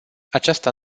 aceasta